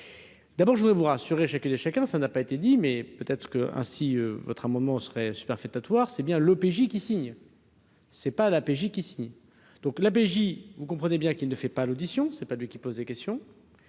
d'abord je voudrais vous rassurer, chacune et chacun, ça n'a pas été dit mais peut être que ainsi votre amendement serait superfétatoire, c'est bien l'OPJ qui signe. C'est pas la PJ qu'ici, donc là, BJ, vous comprenez bien qu'il ne fait pas l'audition, c'est pas lui qui pose des questions